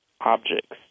objects